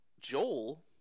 Joel